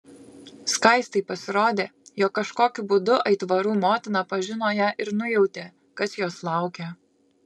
skaistei pasirodė jog kažkokiu būdu aitvarų motina pažino ją ir nujautė kas jos laukia